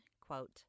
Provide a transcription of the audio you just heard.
quote